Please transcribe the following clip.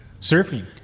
Surfing